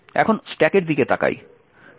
এখন স্ট্যাকের দিকে তাকাই